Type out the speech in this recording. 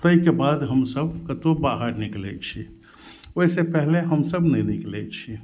ताहिके बाद हमसब कतौ बाहर निकलै छी ओहिसॅं पहिले हमसब नहि निकलै छी